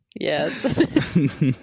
Yes